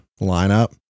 lineup